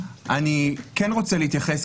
אני כן רוצה להתייחס,